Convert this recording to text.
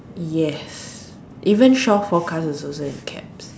yes even shore forecast is also in caps